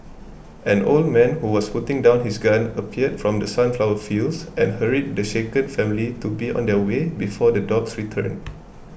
an old man who was putting down his gun appeared from the sunflower fields and hurried the shaken family to be on their way before the dogs returning